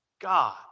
God